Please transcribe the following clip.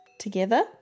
together